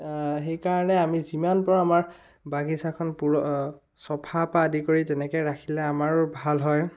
সেইকাৰণে আমি যিমান পাৰোঁ আমাৰ বাগিচাখন পূৰা চাফাৰ পৰা আদি কৰি তেনেকৈ ৰাখিলে আমাৰো ভাল হয়